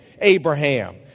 Abraham